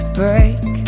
break